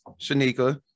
Shanika